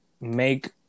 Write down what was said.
make